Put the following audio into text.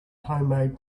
homemade